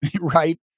right